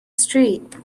street